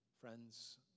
Friends